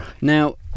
Now